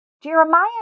Jeremiah